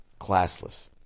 classless